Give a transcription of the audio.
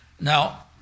Now